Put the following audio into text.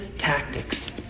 tactics